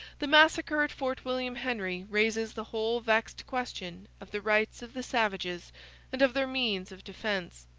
the massacre at fort william henry raises the whole vexed question of the rights of the savages and of their means of defence.